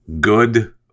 Good